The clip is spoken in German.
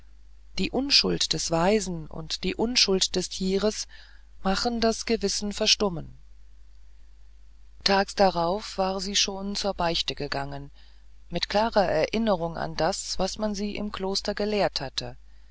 die unschuld des weisen und die unschuld des tieres machten das gewissen verstummen tags darauf schon war sie zur beichte gegangen mit klarer erinnerung an das was man sie im kloster gelehrt hatte